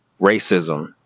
racism